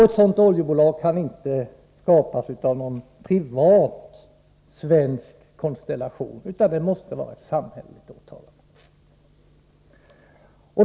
Ett sådant oljebolag kan inte skapas av någon privat svensk konstellation, utan det måste vara ett samhällsåtagande.